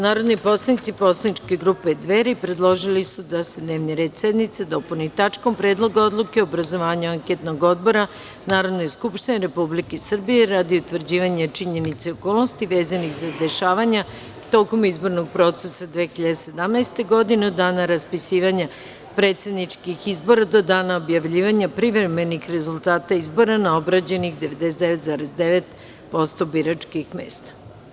Narodni poslanici poslaničke grupe Dveri predložili su da se dnevni red sednice dopuni tačkom – Predlog odluke o obrazovanju anketnog odbora Narodne skupštine Republike Srbije radi utvrđivanja činjenica i okolnosti vezanih za dešavanja tokom izbornog procesa 2017. godine, od dana raspisivanja predsedničkih izbora, do dana objavljivanja privremenih rezultata izbora na obrađenih 99,9 % biračkih mesta.